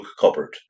cupboard